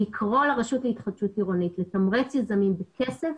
לקרוא לרשות להתחדשות עירונית לתמרץ בכסף